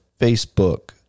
Facebook